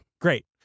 Great